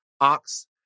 Ox